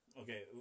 Okay